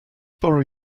borrow